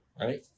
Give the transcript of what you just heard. right